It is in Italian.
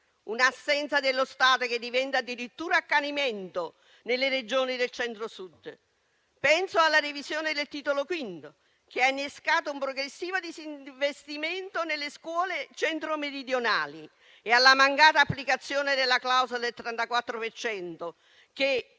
assenza dello Stato diventa addirittura accanimento nelle Regioni del Centro Sud. Penso alla revisione del Titolo V della Costituzione, che ha innescato un progressivo disinvestimento nelle scuole centro-meridionali e alla mancata applicazione della clausola del 34 per